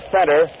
Center